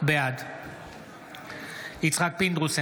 בעד יצחק פינדרוס,